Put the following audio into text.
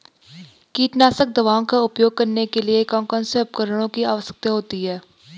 कीटनाशक दवाओं का उपयोग करने के लिए कौन कौन से उपकरणों की आवश्यकता होती है?